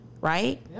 right